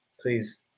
please